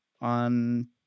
on